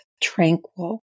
tranquil